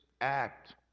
act